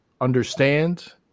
understand